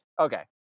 Okay